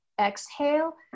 Exhale